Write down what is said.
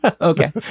Okay